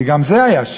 כי גם זה היה שקר.